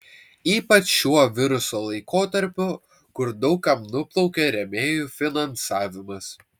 ypač šiuo viruso laikotarpiu kur daug kam nuplaukė rėmėjų finansavimas